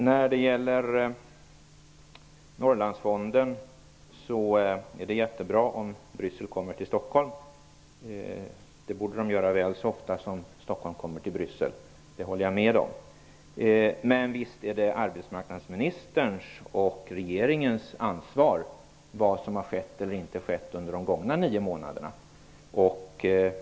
När det gäller Norrlandsfonden tycker jag att det är mycket bra om Bryssel kommer till Stockholm. Det borde de göra väl så ofta som Stockholm åker till Bryssel. Där håller jag med. Men visst är det arbetsmarknadsministerns och regeringens ansvar vad som har skett eller inte skett under de gångna nio månaderna.